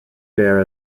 fare